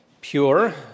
pure